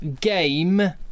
Game